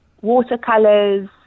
watercolors